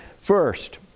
First